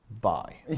Bye